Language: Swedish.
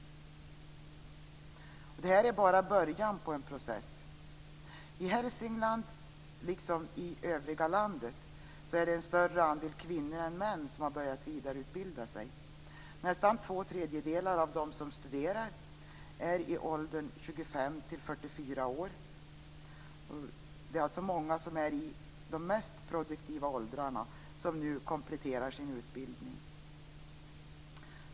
Det här är bara början på en process. I Hälsingland liksom i övriga landet är det en större andel kvinnor än män som har börjat vidareutbilda sig. Nästan två tredjedelar av dem som studerar är i åldern 25-44 år. Det är alltså många som är i de mest produktiva åldrarna som nu kompletterar sin utbildning.